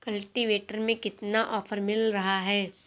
Cultivator में कितना offer मिल रहा है?